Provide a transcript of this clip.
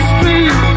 Street